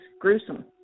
gruesome